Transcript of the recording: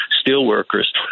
Steelworkers